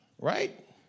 right